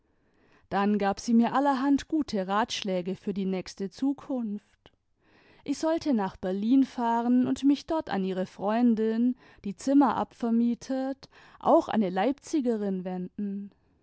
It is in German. dann gab sie mir allerhand gute ratschläge für die nächste zukunft ich sollte nach berlin fahren tmd mich dort an ihre freundin die zimmer abvermietet auch eine leipzigerin wenden